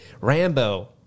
rambo